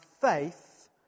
faith